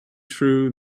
true